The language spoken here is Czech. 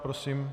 Prosím.